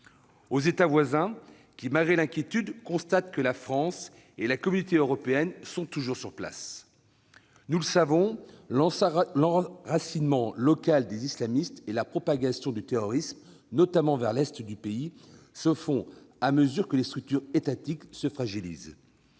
aux états voisins, qui, malgré l'inquiétude, constatent que la France et la communauté européenne sont toujours sur place. Nous le savons, l'enracinement local des islamistes et la propagation du terrorisme, notamment vers l'est du pays, se font à mesure que les structures étatiques se fragilisent.